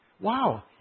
wow